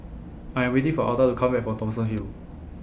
I Am waiting For Alta to Come Back from Thomson Hill